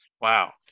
Wow